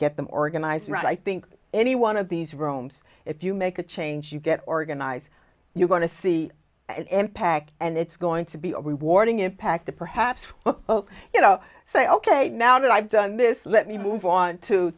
get them organized right i think any one of these rooms if you make a change you get organized you're going to see it impact and it's going to be a rewarding impact that perhaps you know say ok now that i've done this let me move on to